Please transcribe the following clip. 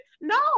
No